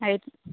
ఐట్